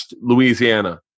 Louisiana